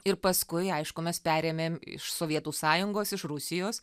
ir paskui aišku mes perėmėm iš sovietų sąjungos iš rusijos